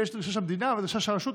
דרישה של המדינה ושל הרשות.